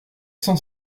cent